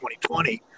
2020